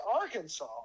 Arkansas